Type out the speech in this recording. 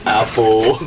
apple